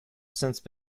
since